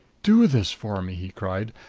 do this for me! he cried.